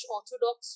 Orthodox